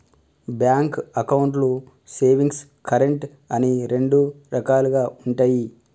bank అకౌంట్లు savings, current అని రెండు రకాలుగా ఉంటయి